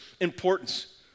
importance